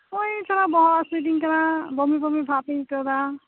ᱦᱚᱜ ᱚᱭ ᱛᱷᱚᱲᱟ ᱵᱚᱦᱚᱜ ᱦᱟᱹᱥᱩᱭᱮᱫᱤᱧ ᱠᱟᱱᱟ ᱵᱚᱢᱤ ᱵᱚᱢᱤ ᱵᱷᱟᱵᱤᱧ ᱟᱹᱭᱠᱟᱣ ᱮᱫᱟ